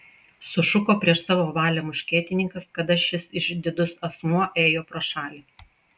sušuko prieš savo valią muškietininkas kada šis išdidus asmuo ėjo pro šalį